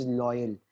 loyal